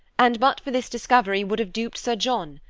and but for this discovery would have duped sir john.